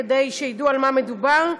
כדי שידעו במה מדובר: